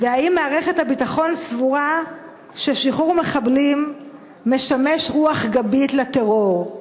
5. האם מערכת הביטחון סבורה ששחרור מחבלים משמש רוח גבית לטרור?